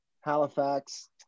Halifax